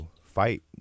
fight